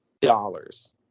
dollars